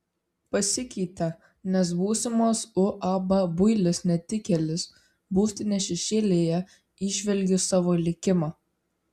pasikeitė nes būsimos uab builis netikėlis būstinės šešėlyje įžvelgiu savo likimą